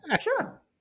sure